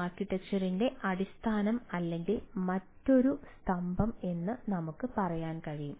ആർക്കിടെക്ചറിന്റെ അടിസ്ഥാനം അല്ലെങ്കിൽ മറ്റൊരു സ്തംഭം എന്ന് നമുക്ക് പറയാൻ കഴിയും